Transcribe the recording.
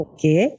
Okay